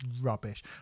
rubbish